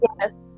yes